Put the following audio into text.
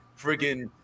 freaking